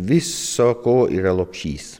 viso ko yra lopšys